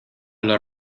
los